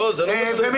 אושר.